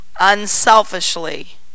unselfishly